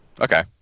Okay